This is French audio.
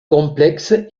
complexe